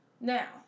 now